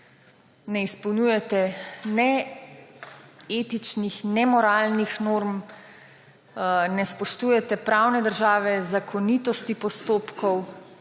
ne izpolnjujete ne etičnih ne moralnih norm. Ne spoštujete pravne države, zakonitosti postopkov,